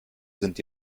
sind